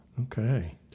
Okay